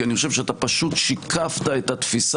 כי אני חושב שאתה פשוט שיקפת את התפיסה